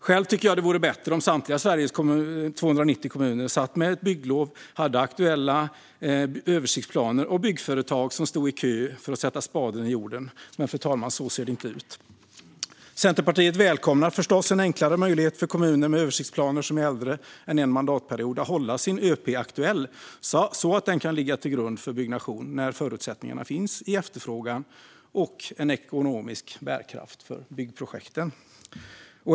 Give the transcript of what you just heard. Själv tycker jag det vore bättre om samtliga Sveriges 290 kommuner satt med ett byggbehov och hade aktuella översiktsplaner och byggföretag som stod i kö för att sätta spaden i jorden, men så ser det inte ut. Centerpartiet välkomnar förstås en enklare möjlighet för kommuner med översiktsplaner som är äldre än en mandatperiod att hålla sin ÖP aktuell så att den kan ligga till grund för byggnation när det finns förutsättningar i efterfrågan och en ekonomisk bärkraft hos byggprojekten.